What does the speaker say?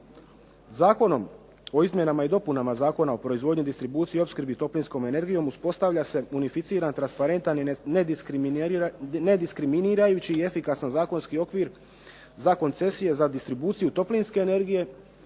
Zakonom o izmjenama i dopunama Zakona o proizvodnji, distribuciji i opskrbi toplinskom energijom uspostavlja se unificiran, transparentan i nediskriminirajući i efikasan zakonski okvir za koncesije za distribuciju toplinske energije